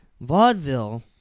vaudeville